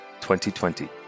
2020